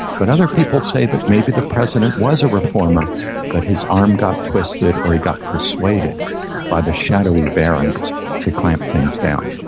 but other people say that maybe the president was a reformer but his arm got twisted or he got persuaded by the shadowy barons to clamp things down.